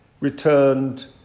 returned